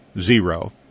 zero